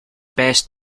best